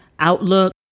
Outlook